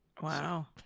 Wow